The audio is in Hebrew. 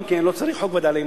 גם כן לא צריך חוק וד"לים,